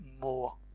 more